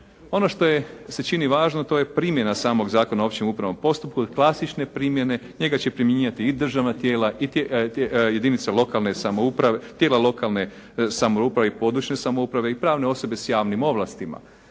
Ono što je, se čini važno to je primjena samog Zakona o općem upravnom postupku, klasične primjene. Njega će primjenjivati i državna tijela i jedinice lokalne samouprave, tijela lokalne samouprave i područne samouprave i pravne osobe s javnim ovlastima.